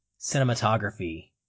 cinematography